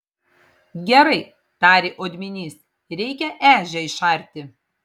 gerai tarė odminys reikia ežią išarti